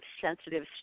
sensitive